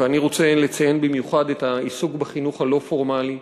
ואני רוצה לציין במיוחד את העיסוק בחינוך הלא-פורמלי,